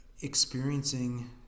Experiencing